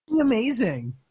Amazing